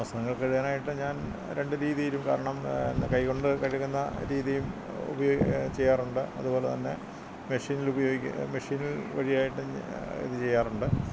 വസ്ത്രങ്ങള് കഴുകാനായിട്ട് ഞാന് രണ്ട് രീതിയിലും കാരണം കൈ കൊണ്ട് കഴുകുന്ന രീതീം ഉപയോഗം ചെയ്യാറുണ്ട് അതുപോലെ തന്നെ മെഷിനിലും ഉപയോഗിക്കും മെഷിനില് വഴിയായിട്ടും ഇത് ചെയ്യാറുണ്ട്